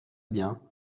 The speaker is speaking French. bien